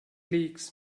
leagues